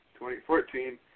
2014